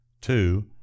Two